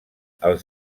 els